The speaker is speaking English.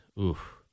oof